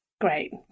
Great